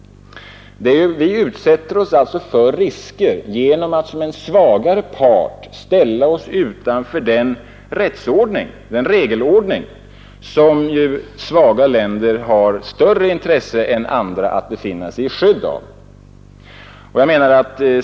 Vi utsätter oss för risker genom att som en svagare part ställa oss utanför den regelordning som svaga länder har större intresse än andra att befinna sig i skydd av.